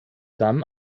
dann